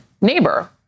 neighbor